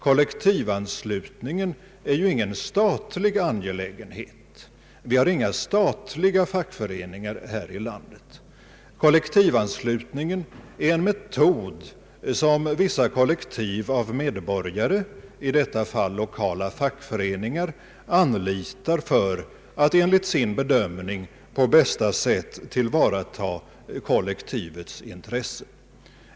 Kollektivanslutningen är ju ingen statlig angelägenhet, vi har inga statliga fackföreningar här i landet. Kollektivanslutningen är en metod som vissa kollektiv av medborgare, i detta fall lokala fackföreningar, anlitar för att enligt sin bedömning på bästa sätt tillvarata kollektivets intresse.